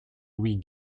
louis